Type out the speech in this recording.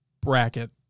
bracket